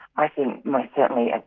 i think most certainly, ah